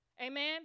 Amen